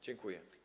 Dziękuję.